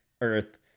Earth